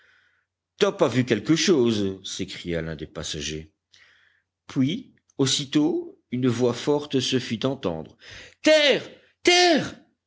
top a vu quelque chose s'écria l'un des passagers puis aussitôt une voix forte se fit entendre terre terre